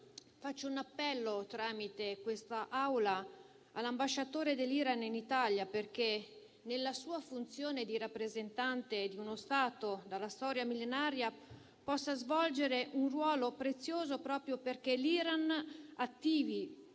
Faccio un appello tramite questa Aula all'ambasciatore dell'Iran in Italia perché, nella sua funzione di rappresentante di uno Stato dalla storia millenaria, possa svolgere un ruolo prezioso affinché l'Iran attivi